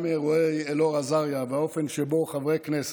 גם אירועי אלאור אזריה, והאופן שבו חברי כנסת,